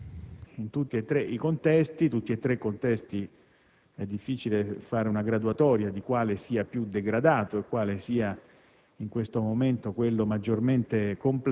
quello iracheno e quello afgano. Infatti, in tutte tre i contesti - è difficile fare una graduatoria di quale sia più degradato e quale